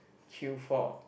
queue for